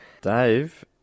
Dave